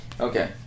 okay